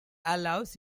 allows